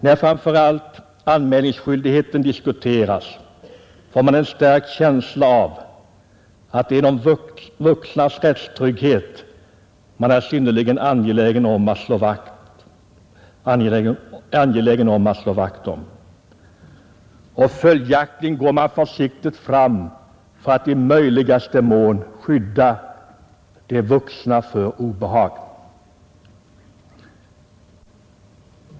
När framför allt anmälningsskyldigheten diskuteras får man en stark känsla av att det är de vuxnas rättstrygghet man är synnerligen angelägen att slå vakt om, och följaktligen går man försiktigt fram för att i möjligaste mån skydda de vuxna för obehag.